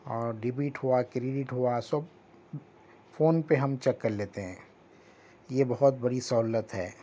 اور ڈیبٹ ہوا کریڈٹ ہوا سب فون پہ ہم چیک کر لیتے ہیں یہ بہت بڑی سہولت ہے